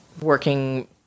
working